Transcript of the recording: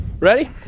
Ready